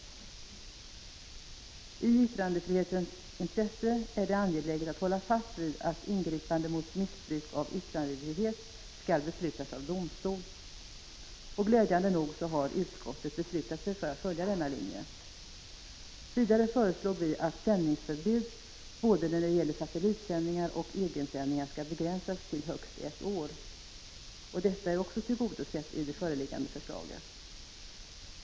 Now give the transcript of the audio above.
I yttrandefrihetens intresse är det angeläget att hålla fast vid att ingripanden mot missbruk av yttrandefriheten skall beslutas av domstol. Glädjande nog har utskottet beslutat sig för att följa denna linje. Vidare föreslog vi att sändningsförbud när det gäller både satellitsändningar och egensändningar skall begränsas till högst ett år. Detta är också tillgodosett i det föreliggande förslaget.